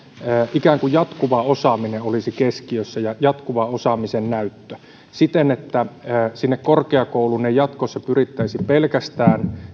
ikään kuin jatkuva osaaminen olisi keskiössä ja jatkuva osaamisen näyttö siten että sinne korkeakouluun ei jatkossa pyrittäisi pelkästään